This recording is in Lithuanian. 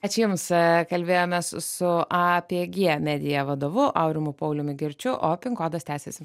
ačiū jums kalbėjomės su apg media vadovu aurimu pauliumi girčiu o pin kodas tęsiasi